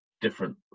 different